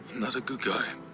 not a good guy.